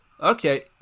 okay